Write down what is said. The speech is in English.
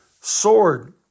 sword